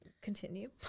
Continue